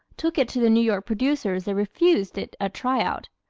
took it to the new york producers they refused it a try-out.